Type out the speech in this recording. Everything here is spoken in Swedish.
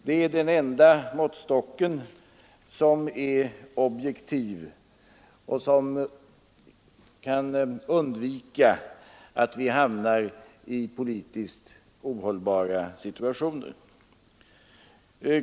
Det är den enda måttstock som är objektiv och ger oss möjlighet att undvika att hamna i politiskt ohållbara situationer.